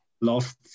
lost